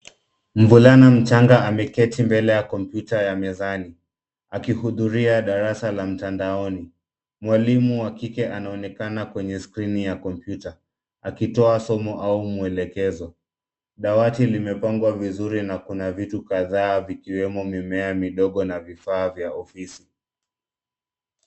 Mvulana mchanga ameketi mbele ya kompyuta ya mezani, akihudhuria darasa la mtandaoni. Mwalimu wa kike anaonekana kwenye skrini ya kompyuta, akitoa somo au mwelekezo. Dawati limepangwa vizuri na kuna vitu kadhaa vikiwemo mimea midogo na vifaa vya ofisi.